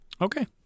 Okay